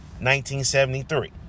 1973